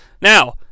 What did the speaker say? now